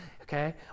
okay